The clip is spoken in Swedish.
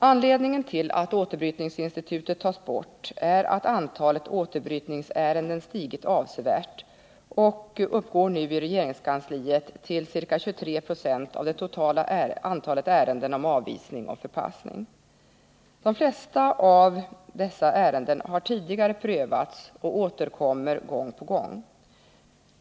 Anledningen till att återbrytningsinstitutet tas bort är att antalet återbrytningsärenden stigit avsevärt: de uppgår nu i regeringskansliet till ca 23 Jo av det totala antalet ärenden om avvisning och förpassning. De flesta av dessa ärenden har tidigare prövats och återkommer gång på gång.